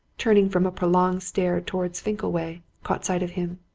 turning from a prolonged stare towards finkleway, caught sight of him.